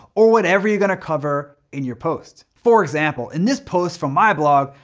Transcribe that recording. or whatever you're gonna cover in your post. for example, in this post from my blog,